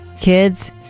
kids